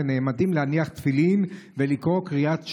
והם נעמדים להניח תפילין ולקרוא קריאת שמע.